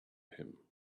him